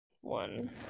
One